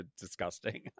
disgusting